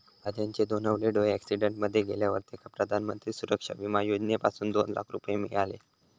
राजनचे दोनवले डोळे अॅक्सिडेंट मध्ये गेल्यावर तेका प्रधानमंत्री सुरक्षा बिमा योजनेसून दोन लाख रुपये मिळाले